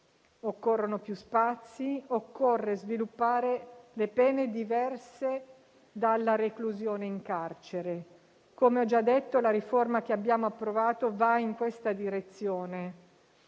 Occorrono più spazi, occorre sviluppare pene diverse dalla reclusione in carcere. Come ho già detto, la riforma approvata va in questa direzione,